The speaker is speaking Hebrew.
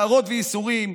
צרות וייסורים.